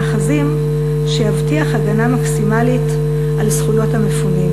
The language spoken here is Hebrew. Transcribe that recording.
מאחזים שיבטיח הגנה מקסימלית על זכויות המפונים.